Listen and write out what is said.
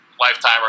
lifetime